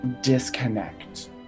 disconnect